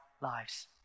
lives